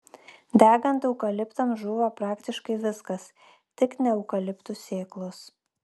degant eukaliptams žūva praktiškai viskas tik ne eukaliptų sėklos